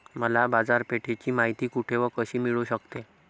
मला बाजारपेठेची माहिती कुठे व कशी मिळू शकते?